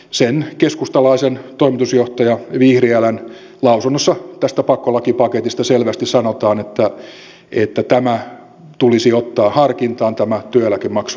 sen keskustalaisen toimitusjohtajan vihriälän lausunnossa pakkolakipaketista selvästi sanotaan että työeläkemaksujen alentaminen tulisi ottaa harkintaan